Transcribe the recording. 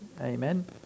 Amen